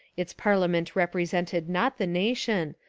its parlia ment represented not the nation,